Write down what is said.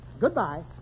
Goodbye